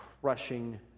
crushing